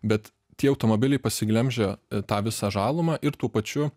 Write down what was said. bet tie automobiliai pasiglemžia tą visą žalumą ir tuo pačiu